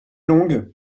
longue